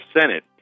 Senate